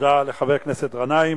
תודה לחבר הכנסת גנאים.